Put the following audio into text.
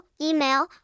email